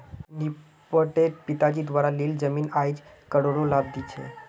नब्बेट पिताजी द्वारा लील जमीन आईज करोडेर लाभ दी छ